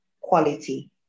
quality